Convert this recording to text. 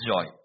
joy